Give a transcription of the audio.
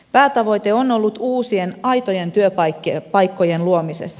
päätavoite on ollut uusien aitojen työpaikkojen luomisessa